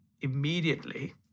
immediately